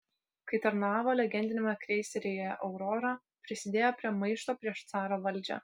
kai tarnavo legendiniame kreiseryje aurora prisidėjo prie maišto prieš caro valdžią